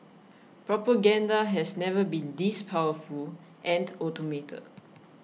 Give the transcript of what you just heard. propaganda has never been this powerful and automated